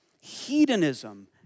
hedonism